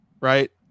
right